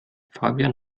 fabian